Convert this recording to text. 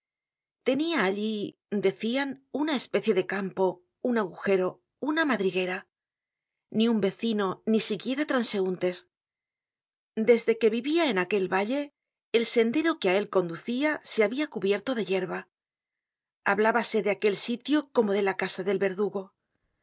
allí decian una especie decampo un agujero una madriguera ni un vecino ni siquiera transeuntes desde que vivia en aquel valle el sendero que á él conducia se habia cubierto de yerba hablábase de aquel sitio como de la casa del verdugo